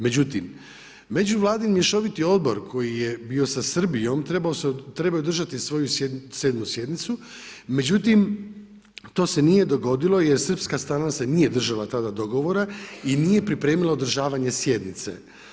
Međutim, međuvladin mješoviti odbor koji je bio sa Srbijom, trebao je održati svoju 7. sjednicu, međutim, to se nije dogodilo jer srpska strana se nije držala tada dogovora i nije pripremila održavanje sjednice.